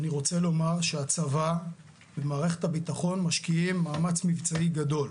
אני רוצה לומר שהצבא ומערכת הביטחון משקיעים מאמץ מבצעי גדול.